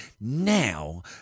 now